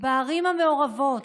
בערים המעורבות,